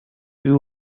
you